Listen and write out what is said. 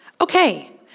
Okay